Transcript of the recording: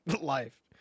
life